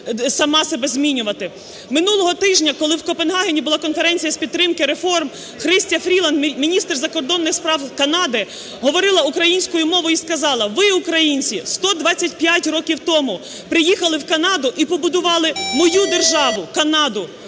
Минулого тижня, коли в Копенгагені була конференція з підтримки реформ, Христя Фріланд, міністр закордонних справ Канади, говорила українською мовою і сказала: ви, українці, 125 років тому приїхали в Канаду і побудували мою державу – Канаду.